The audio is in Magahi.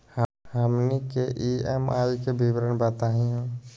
हमनी के ई.एम.आई के विवरण बताही हो?